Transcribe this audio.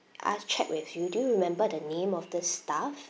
uh check with you do you remember the name of the staff